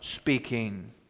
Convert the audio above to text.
speaking